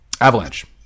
Avalanche